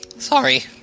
Sorry